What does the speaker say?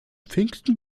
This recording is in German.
pfingsten